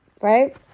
right